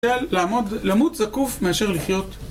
...לעמוד למות זקוף מאשר לחיות.